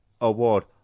Award